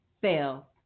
fail